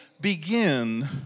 begin